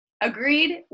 Agreed